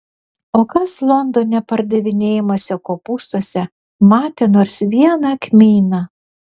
o kas londone pardavinėjamuose kopūstuose matė nors vieną kmyną